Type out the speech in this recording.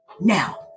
Now